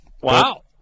Wow